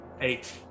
Eight